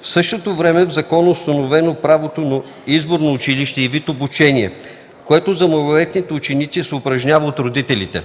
В същото време в закона е установено правото на избор на училище и вид обучение, което за малолетните ученици се упражнява от родителите.